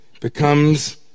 becomes